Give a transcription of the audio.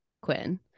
Quinn